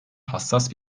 hassas